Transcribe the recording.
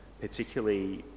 particularly